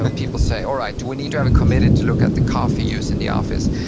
but people say, all right, do we need to have a committee to look at the coffee use in the office?